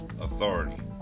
authority